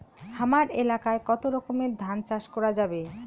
হামার এলাকায় কতো রকমের ধান চাষ করা যাবে?